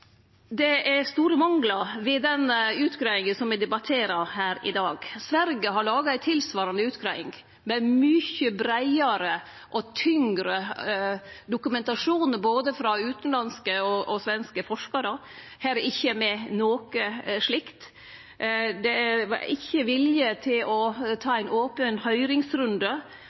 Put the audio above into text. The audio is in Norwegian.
Det er store manglar ved den utgreiinga som me debatterer her i dag. Sverige har laga ei tilsvarande utgreiing, med mykje breiare og tyngre dokumentasjon frå både utanlandske og svenske forskarar. Her er det ikkje med noko slikt. Det er ikkje vilje til å ta ein open høyringsrunde